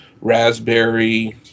raspberry